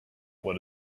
what